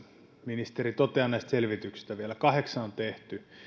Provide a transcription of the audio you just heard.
ministeri totean näistä selvityksistä vielä kahdeksan on tehty